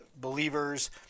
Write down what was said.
believers